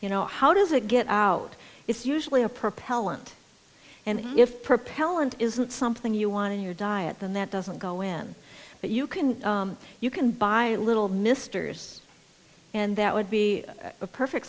you know how does it get out it's usually a propellant and if propellant isn't something you want in your diet than that doesn't go in but you can you can buy a little misters and that would be a perfect